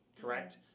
correct